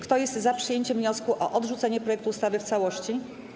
Kto jest za przyjęciem wniosku o odrzucenie projektu ustawy w całości?